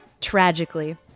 tragically